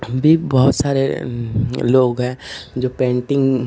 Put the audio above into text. हम भी बहुत सारे लोग हैं जो पेन्टिन्ग